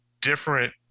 different